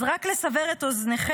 אז רק כדי לסבר את אוזנכם,